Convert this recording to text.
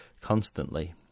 constantly